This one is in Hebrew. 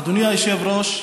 אדוני היושב-ראש,